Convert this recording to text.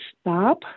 stop